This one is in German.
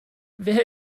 wer